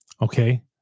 Okay